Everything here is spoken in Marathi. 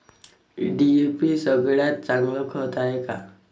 डी.ए.पी सगळ्यात चांगलं खत हाये का?